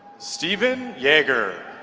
steven janca